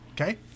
Okay